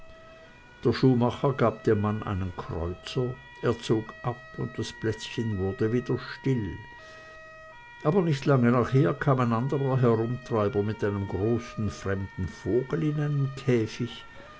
der schuhmacher gab dem manne einen kreuzer er zog ab und das plätzchen wurde wieder still aber nicht lange nachher kam ein anderer herumtreiber mit einem großen fremden vogel in einem käfig